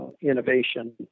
innovation